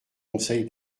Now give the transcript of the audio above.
conseil